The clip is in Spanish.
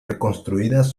reconstruidas